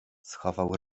schował